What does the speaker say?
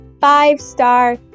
five-star